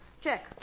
Check